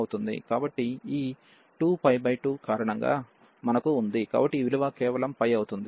కాబట్టి ఈ 22 కారణంగా మనకు ఉంది కాబట్టి ఈ విలువ కేవలం అవుతుంది